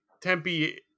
Tempe